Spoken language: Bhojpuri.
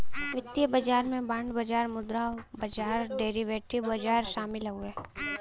वित्तीय बाजार में बांड बाजार मुद्रा बाजार डेरीवेटिव बाजार शामिल हउवे